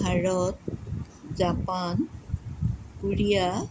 Bharat Japan Korea